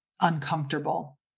uncomfortable